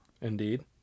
Indeed